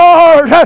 Lord